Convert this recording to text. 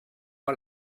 pas